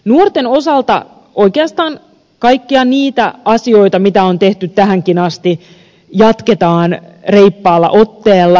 nuorten osalta oikeastaan kaikkia niitä asioita mitä on tehty tähänkin asti jatketaan reippaalla otteella